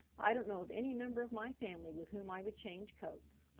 i don't know of any member of my family with whom i would change coats.